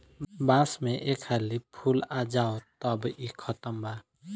बांस में एक हाली फूल आ जाओ तब इ खतम बा